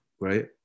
right